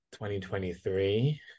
2023